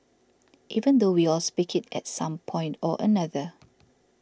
even though we all speak it at some point or another